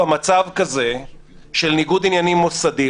במצב כזה של ניגוד עניינים מוסדי,